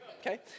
okay